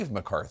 McCARTHY